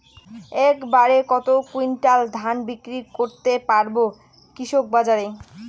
এক বাড়ে কত কুইন্টাল ধান বিক্রি করতে পারবো কৃষক বাজারে?